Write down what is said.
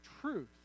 truth